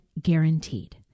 Guaranteed